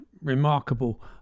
remarkable